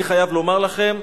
אני חייב לומר לכם,